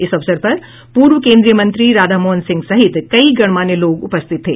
इस अवसर पर पूर्व केन्द्रीय मंत्री राधामोहन सिंह सहित कई गणमान्य लोग उपस्थित थे